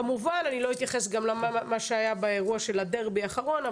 כמובן אני לא אתייחס גם למה שהיה באירוע של הדרבי האחרון,